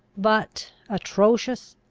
but, atrocious,